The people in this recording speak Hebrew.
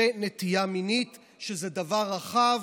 ונטייה מינית, שזה דבר רחב,